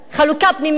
חלוקה פנימית,